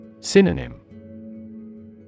Synonym